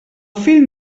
fill